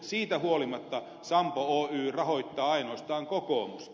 siitä huolimatta sampo oy rahoittaa ainoastaan kokoomusta